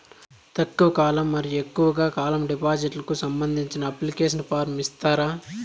తక్కువ కాలం మరియు ఎక్కువగా కాలం డిపాజిట్లు కు సంబంధించిన అప్లికేషన్ ఫార్మ్ ఇస్తారా?